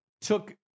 took